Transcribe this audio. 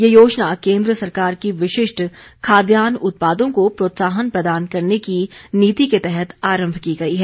ये योजना केन्द्र सरकार की विशिष्ट खाद्यान्न उत्पादों को प्रोत्साहन प्रदान करने की नीति के तहत आरम्म की गई है